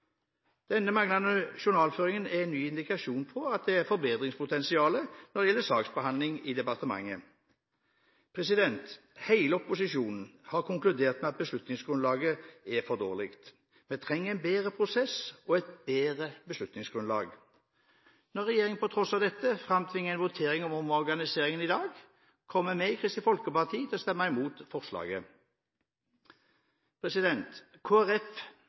Denne manglende journalføringen er en ny indikasjon på at det er et forbedringspotensial når det gjelder saksbehandling i departementet. Hele opposisjonen har konkludert med at beslutningsgrunnlaget er for dårlig. Vi trenger en bedre prosess og et bedre beslutningsgrunnlag. Når regjeringen på tross av dette framtvinger en votering om omorganiseringen i dag, kommer vi i Kristelig Folkeparti til å stemme imot forslaget.